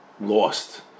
lost